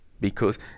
because-